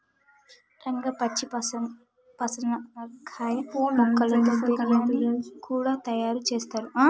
రంగా పచ్చి పనసకాయ ముక్కలతో బిర్యానీ కూడా తయారు చేస్తారు